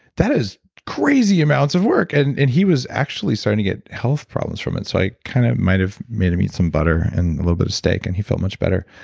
that is crazy amounts of work. and and he was actually starting to get health problems and so i kind of might have made him eat some butter and a little bit of steak, and he felt much better.